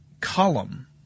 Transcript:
column